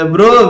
Bro